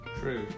True